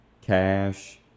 cash